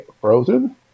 frozen